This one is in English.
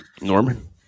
Norman